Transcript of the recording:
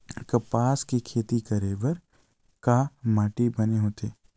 कपास के खेती करे बर का माटी बने होथे?